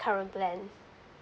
current plan